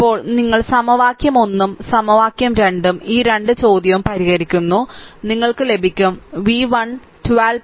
ഇപ്പോൾ നിങ്ങൾ സമവാക്യം 1 ഉം സമവാക്യം 2 ഈ 2 ചോദ്യവും പരിഹരിക്കുന്നു നിങ്ങൾക്ക് ലഭിക്കും v 1 12